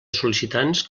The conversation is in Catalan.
sol·licitants